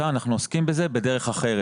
אנחנו עוסקים בזה בדרך אחרת.